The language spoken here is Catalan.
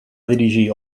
dirigir